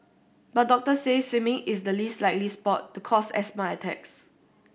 but doctors say swimming is the least likely sport to cause asthma attacks